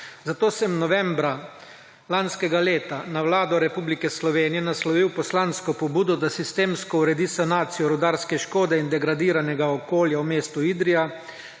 Zato sem novembra lanskega leta na Vlado Republike Slovenije naslovil poslansko pobudo, da sistemsko uredi sanacijo rudarske škode in degradiranega okolja v mestu Idrija